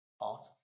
art